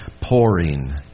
pouring